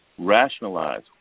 Rationalize